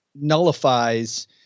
nullifies